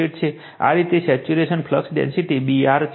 આ રીતે saturation flux density B r છે